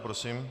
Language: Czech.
Prosím.